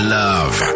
love